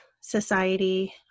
society